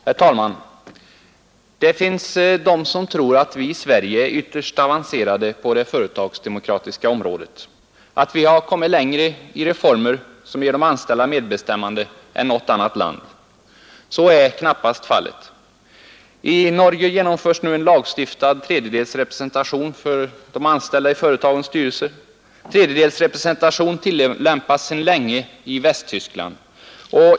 Herr talman! Det finns de som tror att vi i Sverige är ytterst avancerade på det företagsdemokratiska området, att vi kommit längre i reformer som ger de anställda medbestämmande än något annat land. Så är knappast fallet. I Norge genomförs nu en lagstiftad tredjedels representation i företagens styrelser för de anställda. Tredjedelsrepresentation tillämpas sedan länge i Västtyskland.